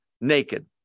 naked